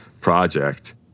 project